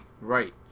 Right